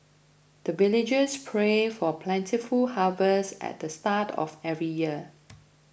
the villagers pray for plentiful harvest at the start of every year